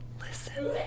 Listen